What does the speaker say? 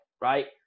right